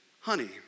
honey